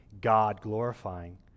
God-glorifying